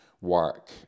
work